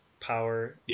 Power